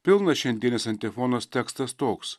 pilnas šiandienis antifonos tekstas toks